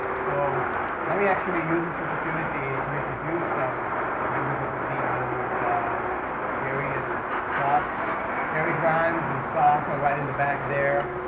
so let me, actually, use this opportunity to introduce some members of the team. i don't know if carrie and scott carrie grimes and scott huffman, right in the back there,